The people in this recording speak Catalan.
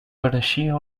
pareixia